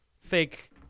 Fake